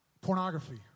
Pornography